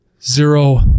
zero